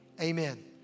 Amen